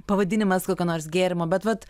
pavadinimas kokio nors gėrimo bet vat